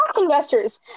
investors